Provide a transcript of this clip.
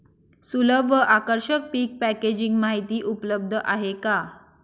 सुलभ व आकर्षक पीक पॅकेजिंग माहिती उपलब्ध आहे का?